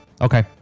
Okay